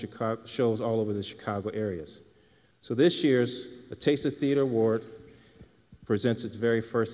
chicago shows all over the chicago areas so this year's taissa theater ward present very first